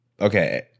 Okay